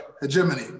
hegemony